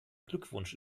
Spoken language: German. glückwunsch